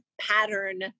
pattern